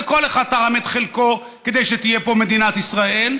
כל אחד תרם את חלקו כדי שתהיה פה מדינת ישראל.